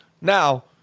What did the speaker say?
Now